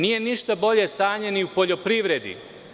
Nije ništa bolje stanje ni u poljoprivredi.